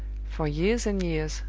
for years and years,